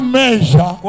measure